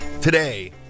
today